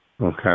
Okay